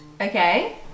okay